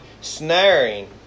snaring